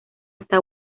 está